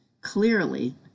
clearly